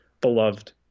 beloved